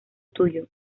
tuyo